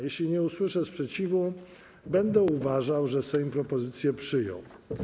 Jeśli nie usłyszę sprzeciwu, będę uważał, że Sejm propozycję przyjął.